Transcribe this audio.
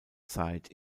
zeit